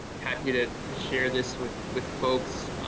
happy to to share this with with folks.